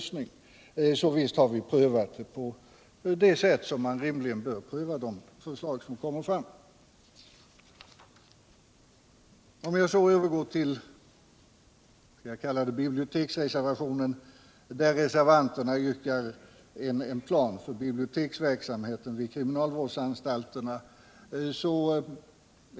Så visst har vi prövat den saken på det sätt som man rimligen bör pröva de förslag som ställs. Låt mig så övergå till biblioteksreservationen, om jag får kalla den så. Reservanterna yrkar där på en plan för biblioteksverksamheten vid kriminalvårdsanstalterna.